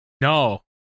No